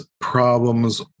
problems